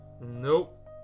Nope